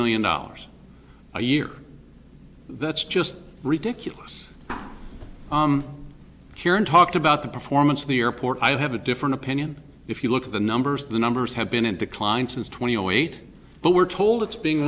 million dollars a year that's just ridiculous karen talked about the performance of the airport i have a different opinion if you look at the numbers the numbers have been in decline since two thousand and eight but we're told it's being